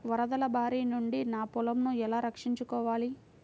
వరదల భారి నుండి నా పొలంను ఎలా రక్షించుకోవాలి?